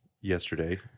yesterday